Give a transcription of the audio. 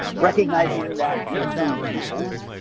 recognizing that for some people,